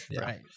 Right